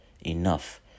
Enough